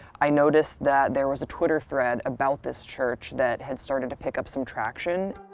i noticed that there was a twitter thread about this church that had started to pick up some traction.